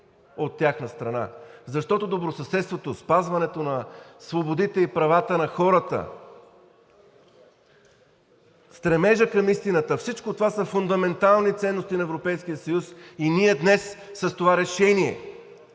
от тяхна страна, защото добросъседството, спазването на свободите и правата на хората, стремежът към истината – всичко това са фундаментални ценности на Европейския съюз и ние днес с това решение